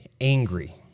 angry